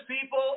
people